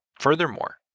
Furthermore